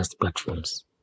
platforms